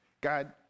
God